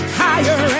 higher